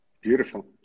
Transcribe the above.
Beautiful